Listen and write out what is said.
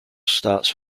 starts